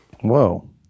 Whoa